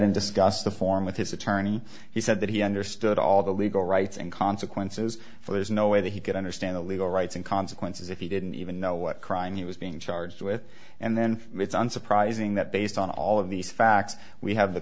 and discuss the form with his attorney he said that he understood all the legal rights and consequences for there is no way that he could understand the legal rights and consequences if he didn't even know what crime he was being charged with and then it's unsurprising that based on all of these facts we have the